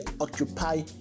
occupy